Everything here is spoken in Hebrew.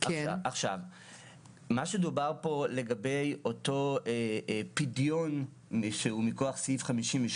מה שנאמר פה לגבי אותו פדיון שהוא מכוח סעיף 58